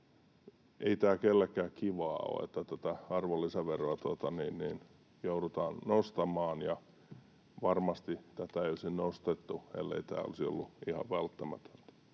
Ei tämä kenellekään kivaa ole, että tätä arvonlisäveroa joudutaan nostamaan, ja varmasti tätä ei olisi nostettu, ellei tämä olisi ollut ihan välttämätöntä.